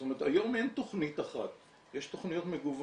זאת אומרת, היום אין תכנית אחת, יש תכניות מגוונות